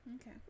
Okay